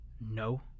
no